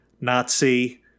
Nazi